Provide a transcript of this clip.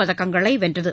பதக்கங்களை வென்றது